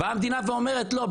ובאה המדינה ואומרת: לא,